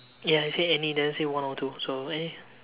ya it say any doesn't say one or two so eh